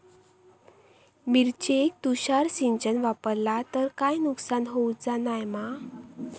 मिरचेक तुषार सिंचन वापरला तर काय नुकसान होऊचा नाय मा?